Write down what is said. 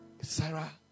Sarah